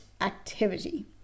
activity